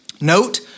note